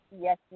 Yes